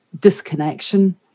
disconnection